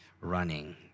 running